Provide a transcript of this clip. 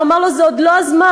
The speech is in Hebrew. הוא אמר לו: זה עוד לא הזמן.